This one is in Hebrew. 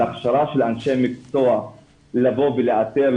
על הכשרה של אנשי מקצוע לבוא לאתר,